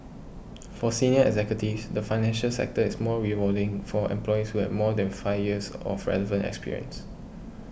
for senior executives the financial sector is more rewarding for employees who have more than five years of relevant experience